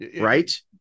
right